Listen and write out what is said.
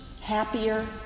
happier